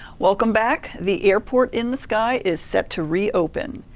welcome back. the airport in the sky is set to reopen.